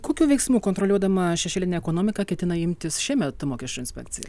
kokių veiksmų kontroliuodama šešėlinę ekonomiką ketina imtis šiuo metu mokesčių inspekcija